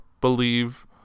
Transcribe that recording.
believe